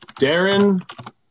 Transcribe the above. Darren